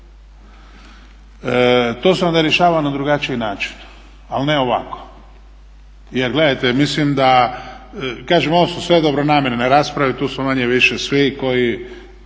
To se onda rješava na drugačiji način, ali ne ovako. Jel gledajte, mislim da, kažem ovo su sve dobronamjerne rasprave, tu su manje-više svi koji